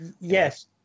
Yes